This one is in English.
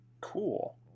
Cool